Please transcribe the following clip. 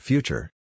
Future